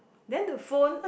then the phone